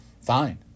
fine